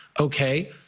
okay